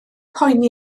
poeni